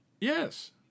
Yes